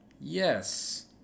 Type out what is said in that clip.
Yes